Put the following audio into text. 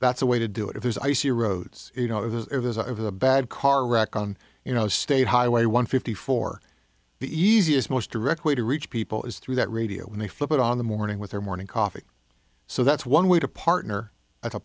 that's a way to do it if there's icy roads you know there's a bad car wreck on you know state highway one fifty four the easiest most direct way to reach people is through that radio when they flip it on the morning with their morning coffee so that's one way to partner a